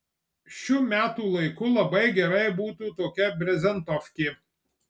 šiu metų laiku labai gerai būtų tokia brezentofkė